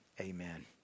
Amen